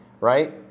right